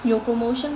有 promotion